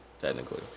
technically